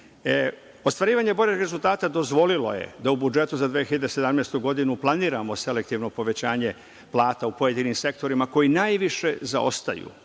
Ostvarivanje boljeg rezultata dozvolilo je da u budžetu za 2017. godinu planiramo selektivno povećanje plata u pojedinim sektorima koji najviše zaostaju,